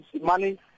money